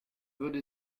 würde